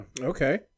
Okay